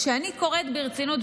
שאני קוראת ברצינות,